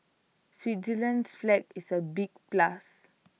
Switzerland's flag is A big plus